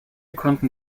konnten